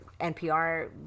NPR